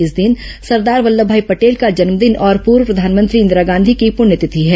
इस दिन सरदार वल्लममाई पटेल का जन्मदिन और पूर्व प्रधानमंत्री इंदिरा गांधी की प्रण्यतिथि है